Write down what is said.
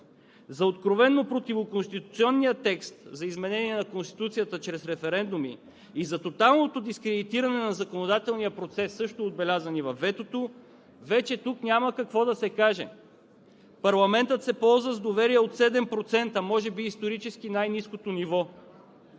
За откровено противоконституционния текст за изменение на Конституцията чрез референдуми и за тоталното дискредитиране на законодателния процес, също отбелязани във ветото, вече тук няма какво да се каже. Парламентът се ползва с доверие от 7% – може би исторически най-ниското ниво.